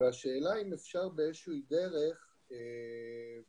השאלה אם אפשר באיזושהי דרך במסגרת